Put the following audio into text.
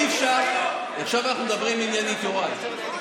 אי-אפשר, עכשיו אנחנו מדברים עניינית, יוראי.